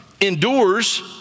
endures